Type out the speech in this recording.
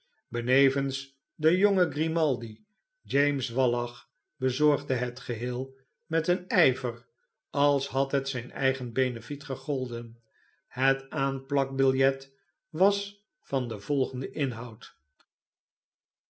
benevens de jonge grimaldi james wallach bezorgde het geheel met een ijver als had het zijn eigen beneflet gegolden het aanplakbiljet was van den volgenden inhoud